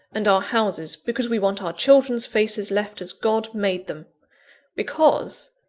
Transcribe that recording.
and our houses because we want our children's faces left as god made them because,